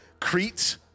Crete